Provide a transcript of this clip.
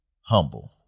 humble